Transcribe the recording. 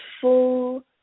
full